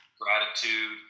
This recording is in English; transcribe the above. gratitude